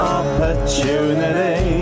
opportunity